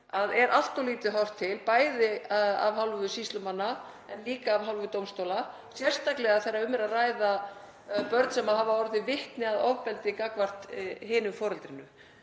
að er allt of lítið horft til, bæði af hálfu sýslumanna en líka af hálfu dómstóla, sérstaklega þegar um er að ræða börn sem hafa orðið vitni að ofbeldi gagnvart hinu foreldrinu.